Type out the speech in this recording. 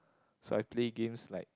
so I play games like